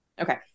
Okay